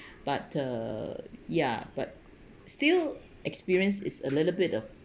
but the ya but still experience is a little bit uh